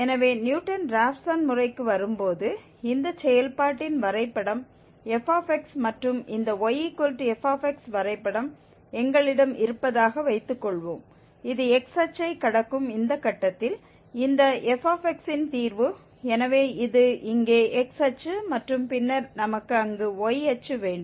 எனவே Newton Raphson முறைக்கு வரும்போது இந்த செயல்பாட்டின் வரைபடம் f மற்றும் இந்த yf வரைபடம் எங்களிடம் இருப்பதாக வைத்துக்கொள்வோம் இது x அச்சை கடக்கும் இந்த கட்டத்தில் இந்த f ன் தீர்வு எனவே இது இங்கே x அச்சு மற்றும் பின்னர் நமக்கு அங்கு y அச்சு வேண்டும்